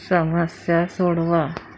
समस्या सोडवा